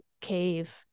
cave